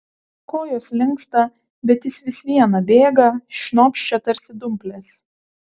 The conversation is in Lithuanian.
kojos linksta bet jis vis viena bėga šnopščia tarsi dumplės